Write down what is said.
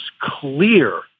clear